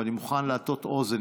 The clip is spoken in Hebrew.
ואני מוכן להטות אוזן,